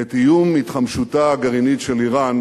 את איום התחמשותה הגרעינית של אירן